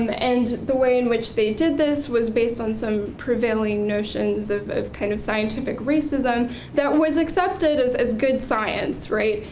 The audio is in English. um and the way in which they did this was based on some prevailing notions of a kind of scientific racism that was accepted as as good science, right,